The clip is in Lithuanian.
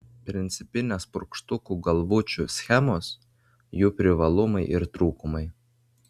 principinės purkštukų galvučių schemos jų privalumai ir trūkumai